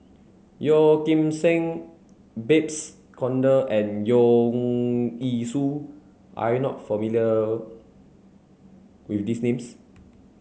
Yeo Kim Seng Babes Conde and Leong Yee Soo are you not familiar with these names